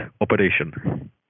operation